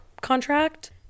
contract